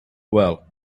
well